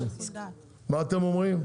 מה אתם אומרים?